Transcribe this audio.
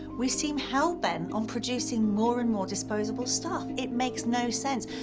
we seem hell-bent on producing more and more disposable stuff. it makes no sense.